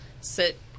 sit